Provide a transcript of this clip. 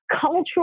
cultural